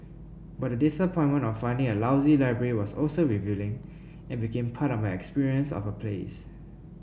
but the disappointment of finding a lousy library was also revealing and became part of my experience of a place